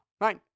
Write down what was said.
right